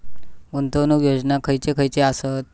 गुंतवणूक योजना खयचे खयचे आसत?